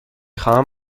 خواهم